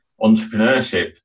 entrepreneurship